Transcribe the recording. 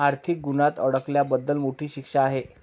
आर्थिक गुन्ह्यात अडकल्याबद्दल मोठी शिक्षा आहे